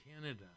Canada